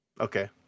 Okay